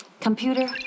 Computer